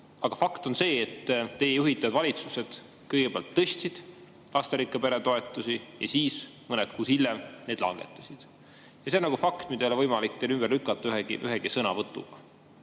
Aga fakt on see, et teie juhitavad valitsused kõigepealt tõstsid lasterikka pere toetust ja siis mõned kuud hiljem seda langetasid. See on fakt, mida ei ole teil võimalik ümber lükata ühegi sõnavõtuga.